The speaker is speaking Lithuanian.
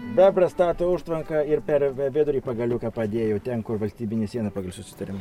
bebras stato užtvanką ir per vidurį pagaliuką padėjo ten kur valstybinė siena pagal susitarimą